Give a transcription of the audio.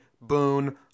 Boone